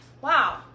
Wow